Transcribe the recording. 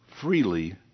freely